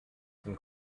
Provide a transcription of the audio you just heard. zum